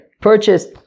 purchased